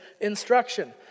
instruction